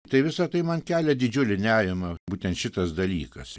tai visa tai man kelia didžiulį nerimą būtent šitas dalykas